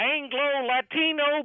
Anglo-Latino